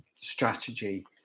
strategy